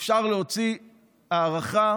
אפשר להוציא הערכה